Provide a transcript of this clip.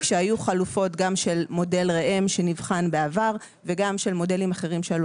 כשהיו חלופות גם של מודל ראם שנבחן בעבר וגם של מודלים אחרים שעלו